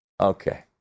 Okay